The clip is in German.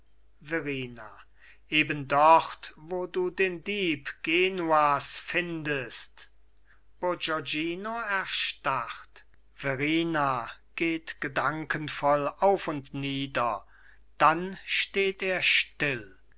eben dort wo du den dieb genuas findest bourgognino erstarrt verrina geht gedankenvoll auf und nieder dann steht er still